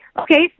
okay